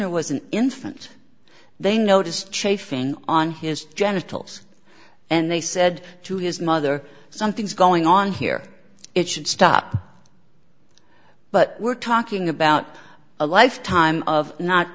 petitioner was an infant they noticed chafing on his genitals and they said to his mother something's going on here it should stop but we're talking about a life time of not